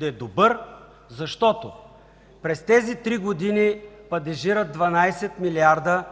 е добър, защото през тези три години падежират 12 милиарда